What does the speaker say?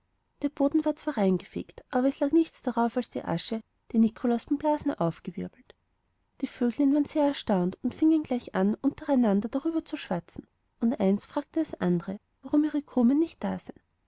der boden war zwar reingefegt aber es lag nichts darauf als die asche die nikolaus beim blasen aufgewirbelt die vöglein waren sehr erstaunt und fingen gleich an untereinander darüber zu schwatzen und eines fragte das andere warum ihre krumen nicht da seien